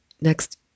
next